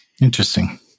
Interesting